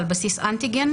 על בסיס אנטיגן.